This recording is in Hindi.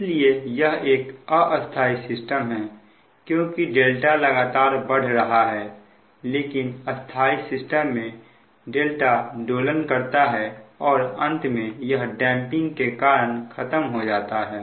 इसलिए यह एक अस्थाई सिस्टम है क्योंकि लगातार बढ़ रहा है लेकिन स्थाई सिस्टम में दोलन करता है और अंत में यह डैंपिंग के कारण खत्म हो जाता है